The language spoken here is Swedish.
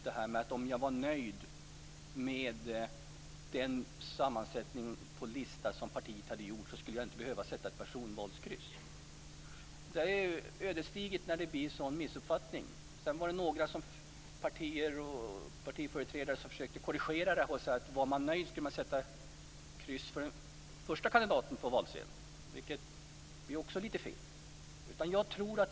Det sades att om man var nöjd med sammansättningen på den lista som partiet hade gjort skulle man inte behöva sätta ett personkryss. Det är ödesdigert när det blir en sådan missuppfattning. Några partier och partiföreträdare försökte då korrigera det och sade att man skulle sätta kryss för den första kandidaten på valsedeln om man var nöjd, vilket också är fel.